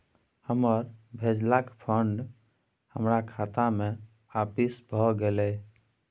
हमर भेजलका फंड हमरा खाता में आपिस भ गेलय